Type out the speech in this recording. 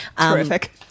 Terrific